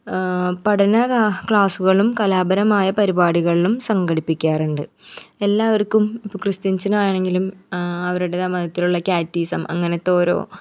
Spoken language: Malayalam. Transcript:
പഠനകാ ക്ലാസ്സ്കളും കലാപരമായ പരിപാടികൾളും സംഘടിപ്പിക്കാറുണ്ട് എല്ലാവർക്കും ക്രിസ്ത്യാനാണെങ്കിലും അവരുടെ മതത്തിലുള്ള ക്യാറ്റീസം അങ്ങനത്തോരോ